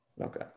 Okay